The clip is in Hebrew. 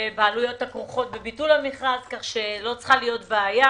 בעלויות הכרוכות בביטול המכרז כך שלא צריכה להיות בעיה.